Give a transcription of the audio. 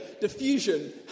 Diffusion